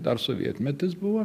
dar sovietmetis buvo